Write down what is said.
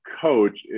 coach